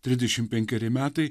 trisdešim penkeri metai